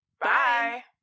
Bye